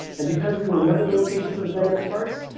and because we remember the locations of the dynamic parts,